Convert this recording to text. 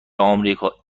آمریکا